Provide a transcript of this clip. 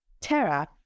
Terra